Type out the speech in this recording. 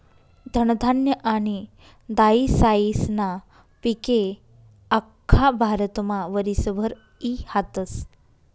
धनधान्य आनी दायीसायीस्ना पिके आख्खा भारतमा वरीसभर ई हातस